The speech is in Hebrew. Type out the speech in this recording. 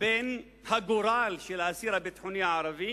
בין הגורל של האסיר הביטחוני הערבי